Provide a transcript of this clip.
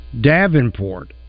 Davenport